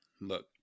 Look